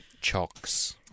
Chocks